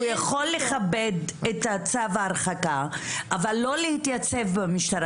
הוא יכול לכבד את צו ההרחקה אבל לא להתייצב במשטרה.